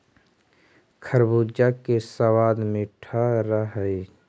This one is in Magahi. खरबूजा के सबाद मीठा रह हई